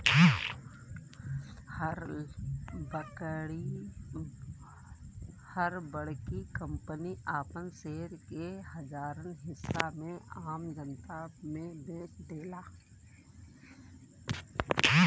हर बड़की कंपनी आपन शेयर के हजारन हिस्सा में आम जनता मे बेच देला